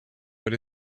what